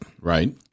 Right